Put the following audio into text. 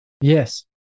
yes